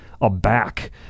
aback